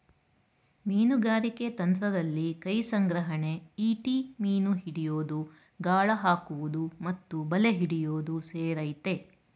ಮೀನುಗಾರಿಕೆ ತಂತ್ರದಲ್ಲಿ ಕೈಸಂಗ್ರಹಣೆ ಈಟಿ ಮೀನು ಹಿಡಿಯೋದು ಗಾಳ ಹಾಕುವುದು ಮತ್ತು ಬಲೆ ಹಿಡಿಯೋದು ಸೇರಯ್ತೆ